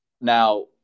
Now